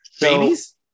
babies